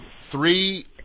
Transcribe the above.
Three